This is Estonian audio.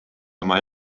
oma